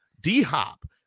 D-Hop